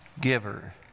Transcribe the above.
giver